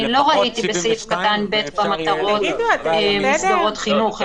אני לא ראיתי בסעיף (ב) במטרות מסגרות חינוך,